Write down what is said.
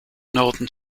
northern